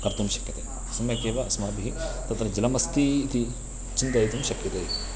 कर्तुं शक्यते सम्यक् एव अस्माभिः तत्र जलमस्तीति चिन्तयितुं शक्यते